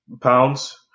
pounds